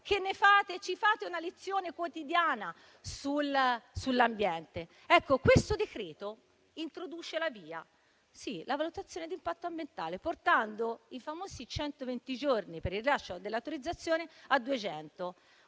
voi, che ci fate una lezione quotidiana sull'ambiente. Questo decreto introduce la VIA, la valutazione di impatto ambientale, portando i famosi centoventi giorni per il rilascio dell'autorizzazione a